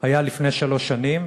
היה כשלפני שלוש שנים,